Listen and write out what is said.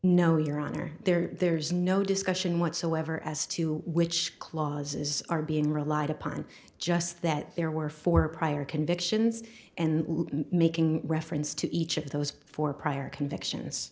no your honor there's no discussion whatsoever as to which clauses are being relied upon just that there were four prior convictions and making reference to each of those four prior